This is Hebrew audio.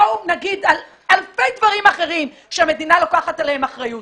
בואו נגיד על אלפי דברים אחרים שהמדינה לוקחת עליהם אחריות.